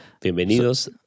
Bienvenidos